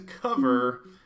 cover